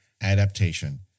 adaptation